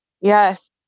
Yes